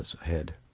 ahead